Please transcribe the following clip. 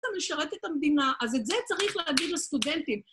אתה משרת את המדינה? ‫אז את זה צריך להגיד לסטודנטים.